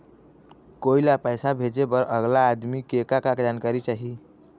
कोई ला पैसा भेजे बर अगला आदमी के का का जानकारी चाही?